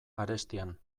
arestian